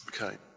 Okay